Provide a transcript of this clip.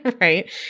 right